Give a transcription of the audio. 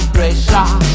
Pressure